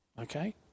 okay